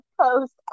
post